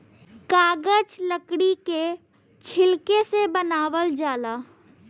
कागज लकड़ी के छिलका से बनावल जाला